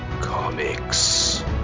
comics